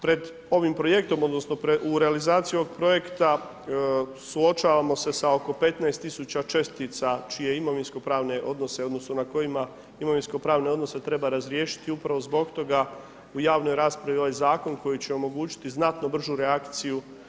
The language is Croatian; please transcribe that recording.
Pred ovim projektom, odnosno u realizaciji ovog projekta suočavamo se sa oko 15 tisuća čestica čije imovinsko-pravne odnose, odnosno na kojima imovinsko pravne odnose treba razriješiti upravo zbog toga u javnoj raspravi je ovaj zakon koji će omogućiti znatno bržu reakciju.